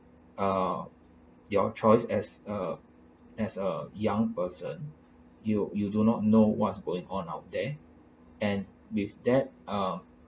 uh your choice as a as a young person you you do not know what's going on out there and with that ah